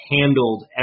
handled